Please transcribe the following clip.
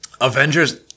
Avengers